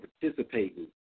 participating